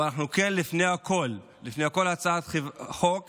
אבל לפני הכול, לפני כל הצעת חוק